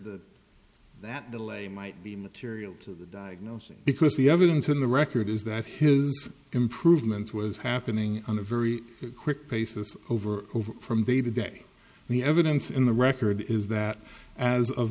theory that the lay might be material to the diagnosis because the evidence in the record is that his improvement was happening on a very quick basis over over from day to day the evidence in the record is that as of